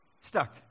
stuck